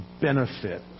benefit